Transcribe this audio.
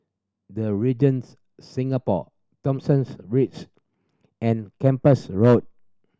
The Regents Singapore Thomsons Ridges and Kempas Road